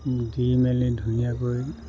দি মেলি ধুনীয়াকৈ